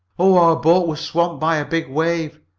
our boat was swamped by a big wave,